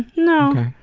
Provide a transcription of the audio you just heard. no.